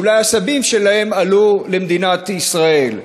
שאולי הסבים שלהם עלו למדינת ישראל.